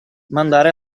mandare